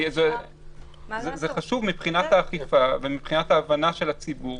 זה חשוב מבחינת האכיפה ומבחינת ההבנה של הציבור